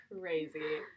crazy